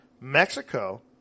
Mexico